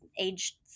age